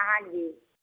ਹਾਂਜੀ